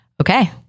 okay